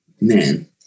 man